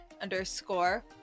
underscore